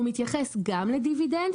הוא מתייחס גם לדיבידנד,